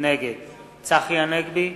נגד צחי הנגבי,